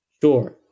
Sure